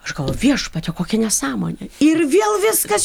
aš galvoju viešpatie kokia nesąmonė ir vėl viskas